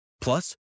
Plus